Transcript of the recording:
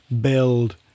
build